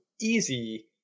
easy